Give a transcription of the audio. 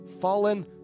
fallen